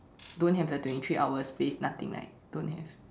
don't have the twenty three hours space nothing like don't have